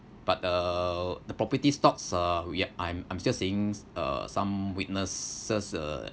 but uh the property stocks uh we~ uh I'm I'm still seeing uh some witnesses uh